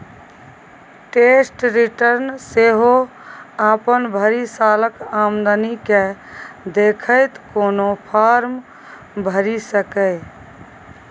tax return सेहो अपन भरि सालक आमदनी केँ देखैत कोनो फर्म भरि सकैए